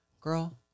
Girl